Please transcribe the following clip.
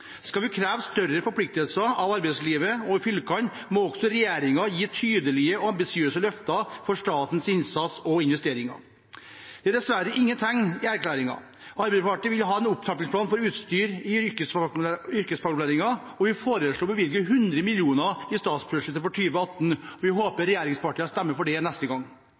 Skal vi kreve større forpliktelser av arbeidslivet og fylkene, må også regjeringen gi tydelige og ambisiøse løfter om statens innsats og investeringer. Det er det dessverre ingen tegn til i erklæringen. Arbeiderpartiet vil ha en opptrappingsplan for utstyr i yrkesfagopplæringen, og vi foreslo å bevilge 100 mill. kr i statsbudsjettet for 2018. Vi håper regjeringspartiene stemmer for det neste gang.